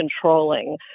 controlling